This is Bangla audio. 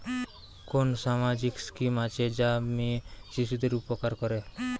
কোন সামাজিক স্কিম আছে যা মেয়ে শিশুদের উপকার করে?